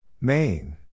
Main